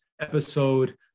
episode